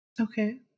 Okay